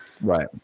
Right